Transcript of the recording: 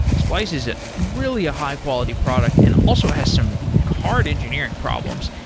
splice is ah really a high-quality product and also has some hard engineering problems.